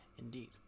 Indeed